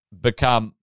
become